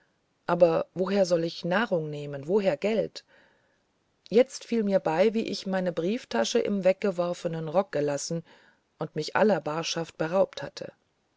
aber woher soll ich nahrung nehmen woher geld jetzt fiel mir bei wie ich meine brieftasche im weggeworfenen rock gelassen und mich aller barschaft beraubt hatte